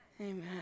Amen